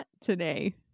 today